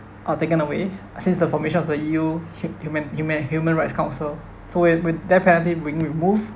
are taken away uh since the formation of the E_U hu~ human human human rights council so with with death penalty being removed